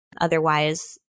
Otherwise